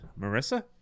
Marissa